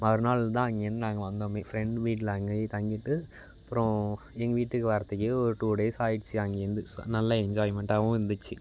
மறுநாள் தான் அங்கேயிருந்து நாங்கள் வந்தோமே ஃப்ரெண்ட் வீட்டில் அங்கேயே தங்கிவிட்டு அப்புறம் எங்கள் வீட்டுக்கு வர்றத்துக்கே ஒரு டூ டேஸ் ஆகிடுச்சி அங்கேருந்து ஸோ நல்ல என்ஜாய்மெண்ட்டாகவும் இருந்துச்சு